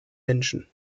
menschen